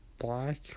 black